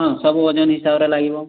ହଁ ସବୁ ଓଜନ ହିସାବରେ ଲାଗିବ